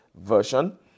version